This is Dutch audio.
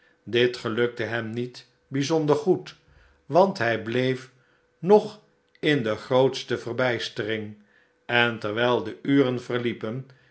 dit gelukte hem niet bijzonder goed want hij bleef nog in de grootste verbijstering en terwijl de uren verliepen